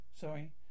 sorry